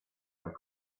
other